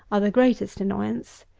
are the greatest annoyance.